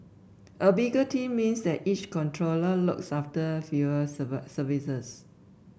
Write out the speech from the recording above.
a bigger team means that each controller looks after fewer services